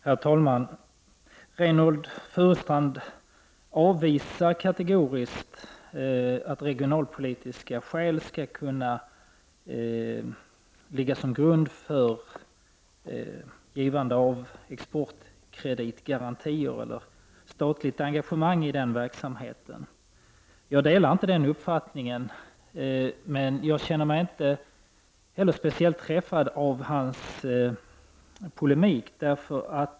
Herr talman! Reynoldh Furustrand avvisar kategoriskt förslaget att regionalpolitiska skäl skall kunna ligga till grund för givande av exportkreditgarantier eller för statligt engagemang i den verksamheten. Jag delar inte hans uppfattning, men jag känner mig inte heller speciellt träffad av hans polemik.